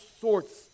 sorts